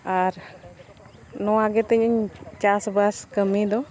ᱟᱨ ᱱᱚᱣᱟ ᱜᱮᱛᱤᱧ ᱪᱟᱥ ᱵᱟᱥ ᱠᱟᱹᱢᱤ ᱫᱚ